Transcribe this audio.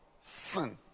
sin